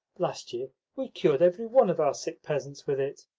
last year we cured every one of our sick peasants with it.